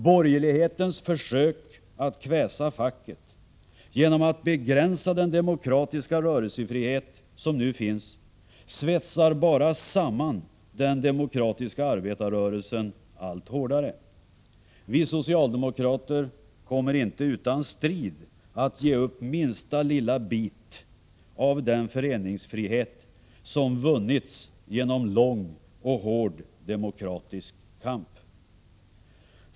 Borgerlighetens försök att kväsa facket genom att begränsa den demokratiska rörelsefrihet som nu finns bara svetsar samman den demokratiska arbetarrörelsen allt hårdare. Vi socialdemokrater kommer inte utan strid att ge upp minsta lilla bit av den föreningsfrihet som vunnits genom lång och hård demokratisk kamp.